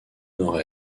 nord